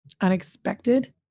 unexpected